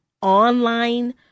online